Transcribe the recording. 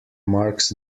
marks